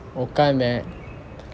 உட்கார்ந்தேன்:utkaarnthen